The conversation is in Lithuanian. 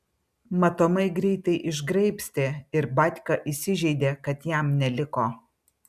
matomai greitai išgraibstė ir batka įsižeidė kad jam neliko